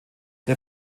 der